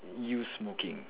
you smoking